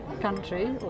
country